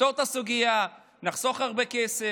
נפתור את הסוגיה, נחסוך הרבה כסף.